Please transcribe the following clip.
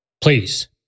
Please